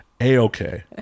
A-okay